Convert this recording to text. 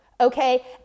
okay